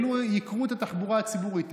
ייקרו את התחבורה הציבורית.